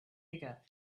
bigger